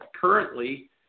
currently